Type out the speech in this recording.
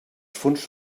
fons